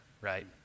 right